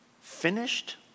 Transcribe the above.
finished